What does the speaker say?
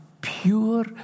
pure